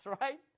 right